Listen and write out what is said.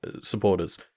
supporters